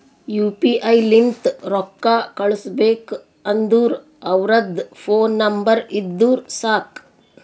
you P I ಲಿಂತ್ ರೊಕ್ಕಾ ಕಳುಸ್ಬೇಕ್ ಅಂದುರ್ ಅವ್ರದ್ ಫೋನ್ ನಂಬರ್ ಇದ್ದುರ್ ಸಾಕ್